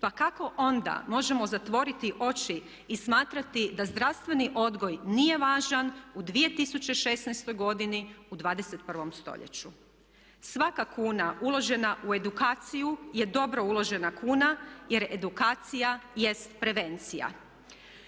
Pa kako onda možemo zatvoriti oči i smatrati da zdravstveni odgoj nije važan u 2016. godini u 21. stoljeću. Svaka kuna uložena u edukaciju je dobro uložena kuna, jer edukacija jest prevencija.